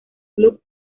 club